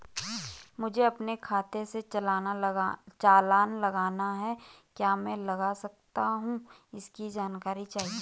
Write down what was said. मुझे अपने खाते से चालान लगाना है क्या मैं लगा सकता हूँ इसकी जानकारी चाहिए?